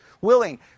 willing